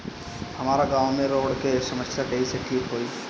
हमारा गाँव मे रोड के समस्या कइसे ठीक होई?